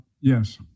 Yes